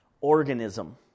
organism